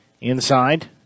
inside